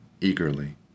eagerly